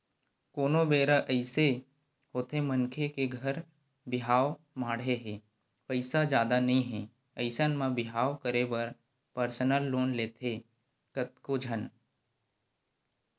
कोनो बेरा अइसे होथे मनखे के घर बिहाव माड़हे हे पइसा जादा नइ हे अइसन म बिहाव करे बर परसनल लोन लेथे कतको झन